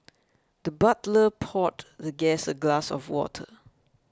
the butler poured the guest a glass of water